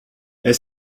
est